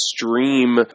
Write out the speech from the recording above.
extreme